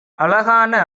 அழகான